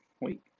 Wait